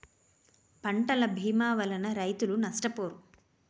పంటల భీమా వలన రైతులు నష్టపోరు